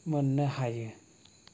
मोन्नो हायो